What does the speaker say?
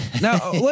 now